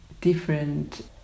different